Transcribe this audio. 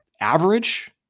average